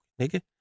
nigga